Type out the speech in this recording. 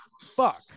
Fuck